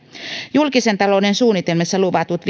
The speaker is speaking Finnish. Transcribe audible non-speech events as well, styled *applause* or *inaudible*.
julkisen talouden suunnitelmassa luvatut *unintelligible*